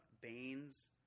Baines